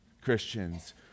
Christians